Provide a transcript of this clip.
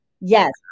Yes